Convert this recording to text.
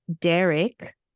Derek